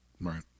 Right